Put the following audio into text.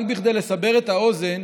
רק כדי לסבר את האוזן,